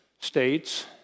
states